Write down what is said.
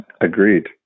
agreed